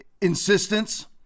insistence